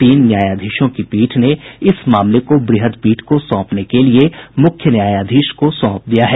तीन न्यायाधीशों की पीठ ने इस मामले को वृहद पीठ को सौंपने के लिए मुख्य न्यायाधीश को सौंप दिया है